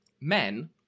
Men